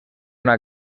una